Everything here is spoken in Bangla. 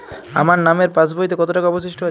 আমার নামের পাসবইতে কত টাকা অবশিষ্ট আছে?